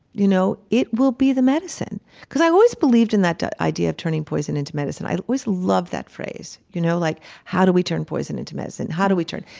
you know it will be the medicine because i always believed in that that idea of turning poison into medicine. i always loved that phrase, you know, like how do we turn poison into medicine? how do we turn?